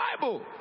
Bible